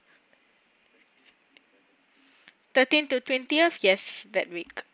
thirteen the twentieth yes that week